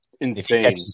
insane